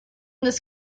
this